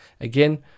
Again